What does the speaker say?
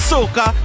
Soca